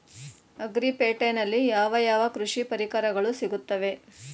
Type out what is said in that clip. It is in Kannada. ಅಗ್ರಿ ಪೇಟೆನಲ್ಲಿ ಯಾವ ಯಾವ ಕೃಷಿ ಪರಿಕರಗಳು ಸಿಗುತ್ತವೆ?